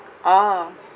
orh